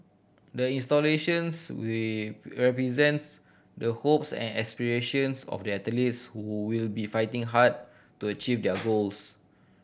the installations will will be represents the hopes and aspirations of the athletes who will be fighting hard to achieve their goals